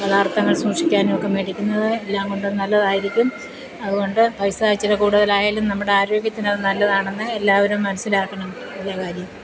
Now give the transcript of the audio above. പദാർത്ഥങ്ങൾ സൂക്ഷിക്കാനും ഒക്കെ മേടിക്കുന്നത് എല്ലാം കൊണ്ടും നല്ലതായിരിക്കും അതുകൊണ്ട് പൈസ ഇച്ചിരി കൂടുതലായാലും നമ്മുടെ ആരോഗ്യത്തിന് അത് നല്ലതാണെന്ന് എല്ലാവരും മനസ്സിലാക്കണം എന്നത് വലിയ കാര്യം